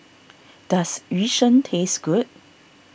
does Yu Sheng taste good